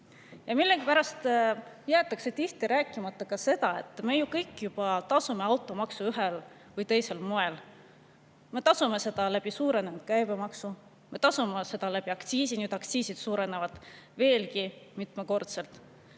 Millegipärast jäetakse tihti rääkimata see, et me kõik juba tasume automaksu ühel või teisel moel. Me tasume seda suurenenud käibemaksu kaudu, me tasume seda aktsiisi kaudu. Need aktsiisid suurenevad veel mitmekordselt.